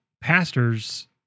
pastors